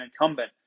incumbent